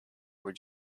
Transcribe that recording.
were